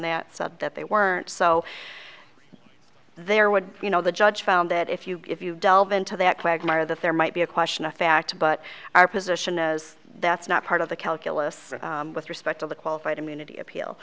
that said that they weren't so there would you know the judge found that if you if you delve into that quagmire that there might be a question of fact but our position as that's not part of the calculus with respect to the qualified immunity appeal